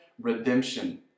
redemption